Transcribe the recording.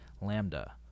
Lambda